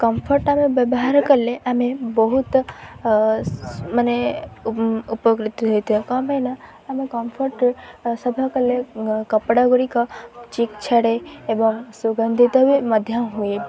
comfort ଆମେ ବ୍ୟବହାର କଲେ ଆମେ ବହୁତ ମାନେ ଉପକୃତ ହେଇଥାଉ କ'ଣ ପାଇଁ ନା ଆମେ କମ୍ଫର୍ଟରେ ସଫା କଲେ କପଡ଼ା ଗୁଡ଼ିକ ଚିକ୍ ଛାଡ଼େ ଏବଂ ସୁଗନ୍ଧିତ ବି ମଧ୍ୟ ହୁଏ